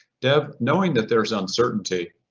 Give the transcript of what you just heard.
dave knowing that there's uncertainty,